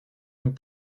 nous